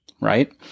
right